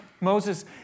Moses